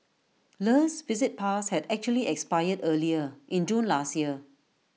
le's visit pass had actually expired earlier in June last year